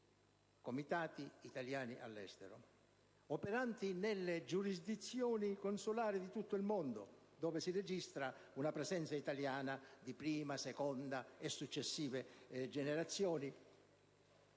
Comitati degli italiani all'estero, operanti nelle circoscrizioni consolari di tutto il mondo dove si registra una presenza italiana di prima, seconda e successive generazioni